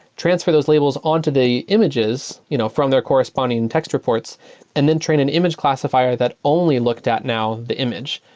transfer those labels on to the images you know from their corresponding and text reports and then train an image classifier that only looked at now the image.